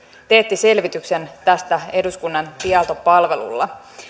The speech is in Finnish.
teetti selvityksen tästä eduskunnan tietopalvelulla